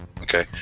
Okay